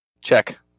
Check